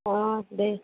অঁ দে